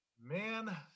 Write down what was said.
man